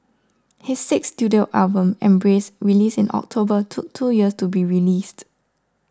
his sixth studio album Embrace released in October took two years to be released